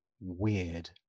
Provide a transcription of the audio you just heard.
weird